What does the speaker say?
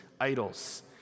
idols